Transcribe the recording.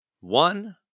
One